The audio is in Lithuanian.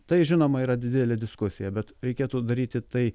tai žinoma yra didelė diskusija bet reikėtų daryti tai